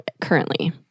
currently